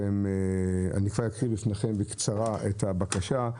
אקרא בפניכם בקצרה את הבקשה,